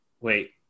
wait